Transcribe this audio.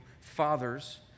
fathers